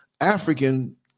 African